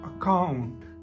account